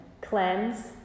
cleanse